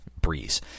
Breeze